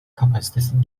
kapasitesi